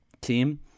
team